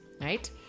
right